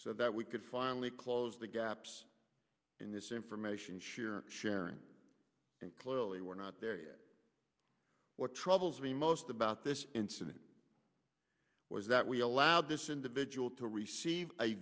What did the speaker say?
so that we could finally close the gaps in this information sharing sharing and clearly we're not there yet what troubles me most about this incident was that we allowed this individual to receive a